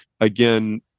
Again